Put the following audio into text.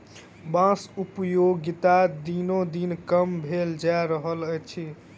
बाँसक उपयोगिता दिनोदिन कम भेल जा रहल अछि